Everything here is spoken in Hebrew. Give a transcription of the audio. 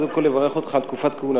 קודם כול אברך אותך על תקופת כהונתך,